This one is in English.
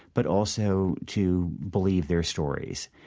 but also to believe their stories.